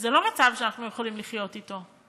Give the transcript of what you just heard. זה לא מצב שאנחנו יכולים לחיות אתו.